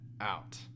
out